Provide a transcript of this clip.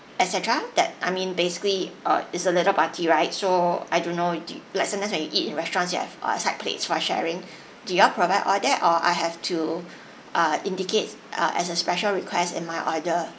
et cetera that I mean basically uh it's a little party right so I don't know do y~ like sometimes when you eat in restaurants you have a side plates for sharing do you all provide all that or I have to uh indicate uh as a special request in my order